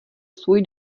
svůj